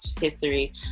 history